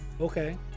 Okay